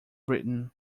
britain